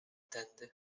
tamtędy